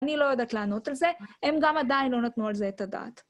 אני לא יודעת לענות על זה, הם גם עדיין לא נתנו על זה את הדעת.